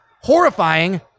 horrifying